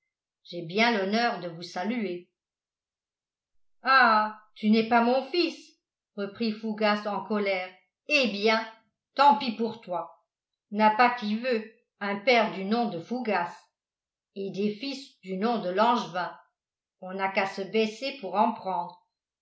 j'ai bien l'honneur de vous saluer ah tu n'es pas mon fils reprit fougas en colère eh bien tant pis pour toi n'a pas qui veut un père du nom de fougas et des fils du nom de langevin on n'a qu'à se baisser pour en prendre